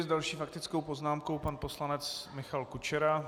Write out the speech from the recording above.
S další faktickou poznámkou pan poslanec Michal Kučera.